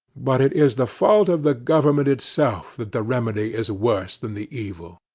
but it is the fault of the government itself that the remedy is worse than the evil.